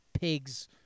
pig's